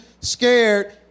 scared